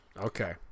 okay